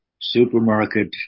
supermarket